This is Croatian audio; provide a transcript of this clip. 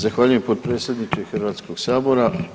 Zahvaljujem potpredsjedniče Hrvatskog sabora.